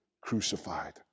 crucified